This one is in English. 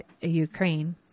Ukraine